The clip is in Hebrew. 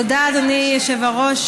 תודה, אדוני היושב-ראש,